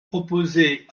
proposé